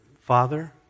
father